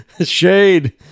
Shade